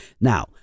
Now